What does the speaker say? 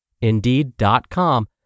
Indeed.com